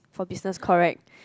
for business correct